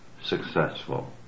successful